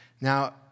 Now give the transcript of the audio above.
Now